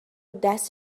دست